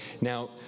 Now